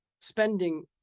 spending